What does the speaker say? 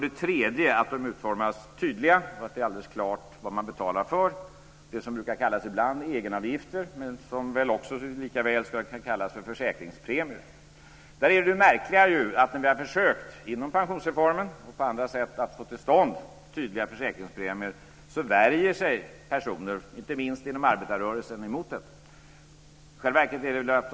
Dessutom skulle de utformas tydligare så att det är helt klart vad man betalar för - det som ibland brukar kallas egenavgifter men som likaväl skulle kunna kallas försäkringspremier. Det märkliga är att när man inom pensionsreformen och på andra sätt försöker få till stånd tydligare försäkringspremier värjer sig personer, inte minst inom arbetarrörelsen, emot detta.